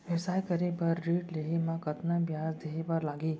व्यवसाय करे बर ऋण लेहे म कतना ब्याज देहे बर लागही?